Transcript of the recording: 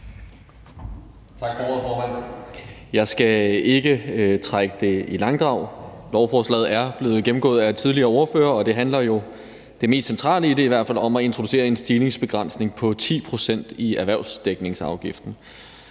Tak for ordet, formand. Jeg skal ikke trække det i langdrag. Lovforslaget er blevet gennemgået af tidligere ordførere, og det handler jo – det mest centrale i det, i hvert fald – om at introducere en stigningsbegrænsning på 10 pct. i erhvervsdækningsafgiften.